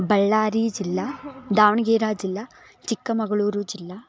बळ्ळारिजिल्ला दावणगेराजिल्ला चिक्कमगळूरुजि्लला